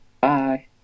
Bye